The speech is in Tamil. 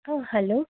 ஆ ஹலோ